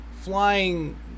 flying